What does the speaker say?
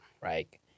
right